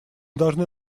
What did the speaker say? должны